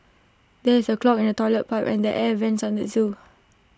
there is A clog in the Toilet Pipe and the air Vents on the Zoo